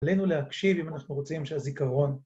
עלינו להקשיב אם אנחנו רוצים שהזיכרון